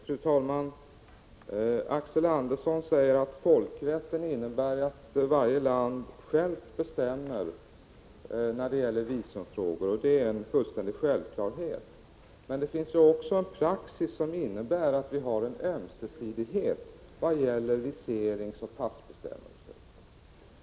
Fru talman! Axel Andersson säger att folkrätten innebär att varje land självt bestämmer när det gäller visumfrågor, och det är en fullständig självklarhet. Men det finns också en praxis som betyder att vi har en ömsesidighet i vad gäller viseringsoch passbestämmelser.